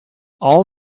all